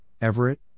Everett